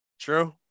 True